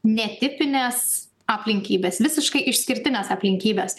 netipinės aplinkybės visiškai išskirtinės aplinkybės